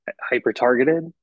hyper-targeted